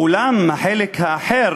אולם החלק האחר,